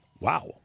Wow